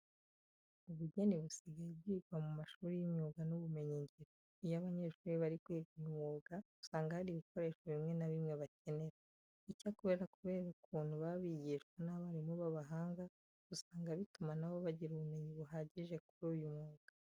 Ubugeni busigaye bwigwa mu mashuri y'imyuga n'ubumenyingiro. Iyo abanyeshuri bari kwiga uyu mwuga usanga hari ibikoresho bimwe na bimwe bakenera. Icyakora kubera ukuntu baba bigishwa n'abarimu b'abahanga usanga bituma na bo bagira ubumenyi buhagije kuri uyu mwuga.